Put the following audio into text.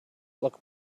look